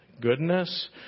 goodness